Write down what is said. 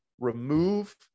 remove